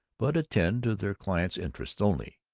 but attend to their clients' interests only.